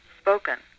spoken